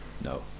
no